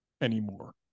anymore